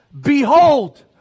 Behold